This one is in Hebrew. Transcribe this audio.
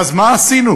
ואז, מה עשינו?